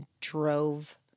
drove